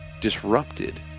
disrupted